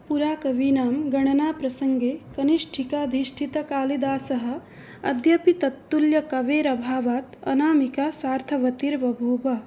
पुरा कवीनां गणनाप्रसङ्गे कनिष्ठिकाधिष्टितकालिदासः अद्यापि तत्तुल्यकवेरभावात् अनामिका सार्थवती बभूव